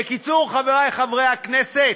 בקיצור, חברי חברי הכנסת,